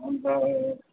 हुन्छ